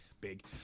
big